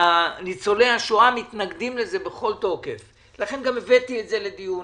ניצולי השואה מתנגדים לזה בכל תוקף ולכן הבאתי את זה גם לדיון,